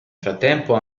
frattempo